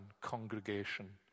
congregation